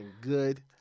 good